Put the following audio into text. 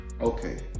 Okay